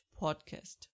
podcast